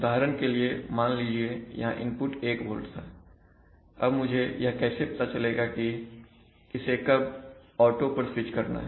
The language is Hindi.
उदाहरण के लिए मान लीजिए यहां इनपुट 1 volt था अब मुझे यह कैसे पता चलेगा कि इसे कब ऑटो पर स्विच करना है